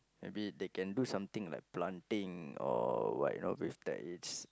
maybe they can do something like planting or what you know with that